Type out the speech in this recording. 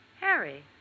Harry